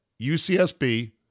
UCSB